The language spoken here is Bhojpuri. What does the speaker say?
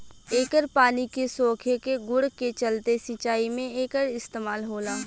एकर पानी के सोखे के गुण के चलते सिंचाई में एकर इस्तमाल होला